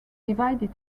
divided